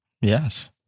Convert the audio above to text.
Yes